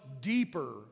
deeper